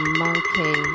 monkey